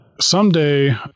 someday